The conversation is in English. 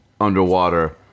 underwater